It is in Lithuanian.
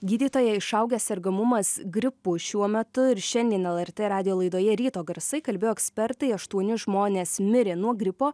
gydytoja išaugęs sergamumas gripu šiuo metu ir šiandien lrt radijo laidoje ryto garsai kalbėjo ekspertai aštuoni žmonės mirė nuo gripo